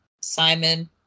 Simon